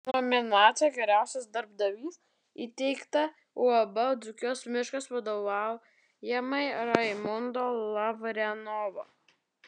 nominacija geriausias darbdavys įteikta uab dzūkijos miškas vadovaujamai raimundo lavrenovo